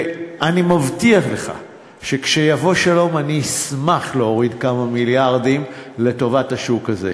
אני מבטיח לך שכשיבוא שלום אשמח להוריד כמה מיליארדים לטובת השוק הזה.